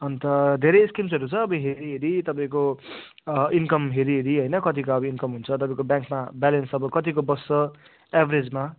अन्त धेरै स्किम्सहरू छ अब हेरी हेरी तपाईँको इन्कम हेरी हेरी होइन कतिको अब इन्कम हुन्छ तपाईँको ब्याङ्कमा बेलेन्स अब कतिको बस्छ एभरेजमा